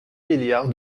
milliards